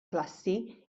klassi